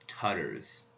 tutters